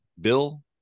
Bill